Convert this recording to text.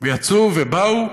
ויצאו ובאו.